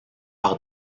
par